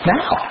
now